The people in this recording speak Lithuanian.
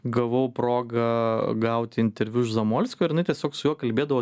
gavau progą gauti interviu iš zamolskio ir jinai tiesiog su juo kalbėdavo